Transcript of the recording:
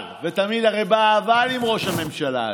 אבל, ותמיד הרי בא "אבל" עם ראש הממשלה הזה,